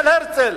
של הרצל.